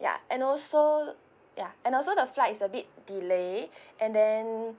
ya and also ya and also the flight is a bit delay and then